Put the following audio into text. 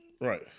Right